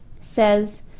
says